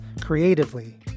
creatively